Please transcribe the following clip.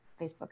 facebook